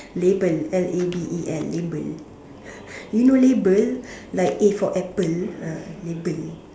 label L A B E L label you know label like A for apple ah label